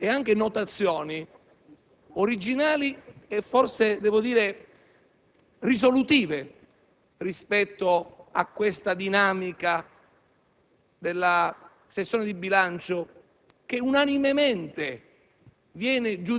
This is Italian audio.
di apprendere informazioni e notazioni originali e forse - devo dire - risolutive rispetto a questa dinamica